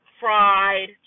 fried